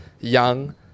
young